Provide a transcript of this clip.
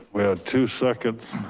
we have two seconds.